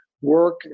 work